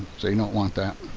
so you don't want that.